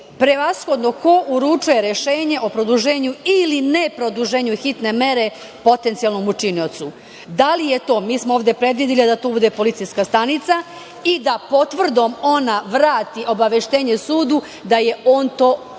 produžena. Prevashodno, ko uručuje rešenje o produženju ili neproduženju hitne mere potencijalnom učiniocu? Da li je to, mi smo ovde predvideli da to bude policijska stanica i da potvrdom ona vrati obaveštenje sudu da je on to rešenje